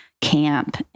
camp